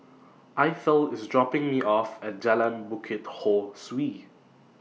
Eithel IS dropping Me off At Jalan Bukit Ho Swee